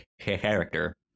character